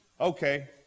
okay